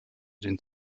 den